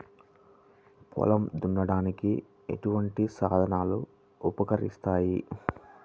పొలం దున్నడానికి ఎటువంటి సాధనాలు ఉపకరిస్తాయి?